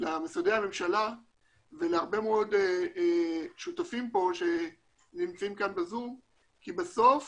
למשרדי הממשלה ולהרבה מאוד שותפים פה שנמצאים כאן בזום כי בסוף